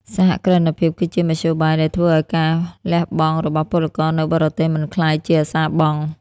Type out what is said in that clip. សហគ្រិនភាពគឺជា "មធ្យោបាយ" ដែលធ្វើឱ្យការលះបង់របស់ពលករនៅបរទេសមិនក្លាយជាអសារបង់។